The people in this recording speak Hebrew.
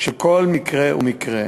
של כל מקרה ומקרה.